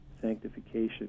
sanctification